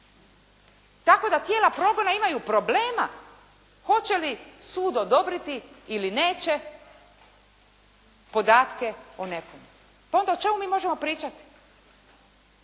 Tako da tijela progona imaju problema hoće li sud odobriti ili neće podatke o nekom. Pa onda o čemu mi možemo pričati?